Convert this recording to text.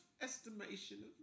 estimation